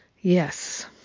Yes